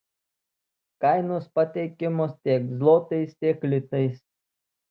kainos pateikiamos tiek zlotais tiek litais